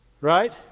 Right